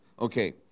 okay